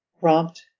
prompt